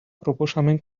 proposamen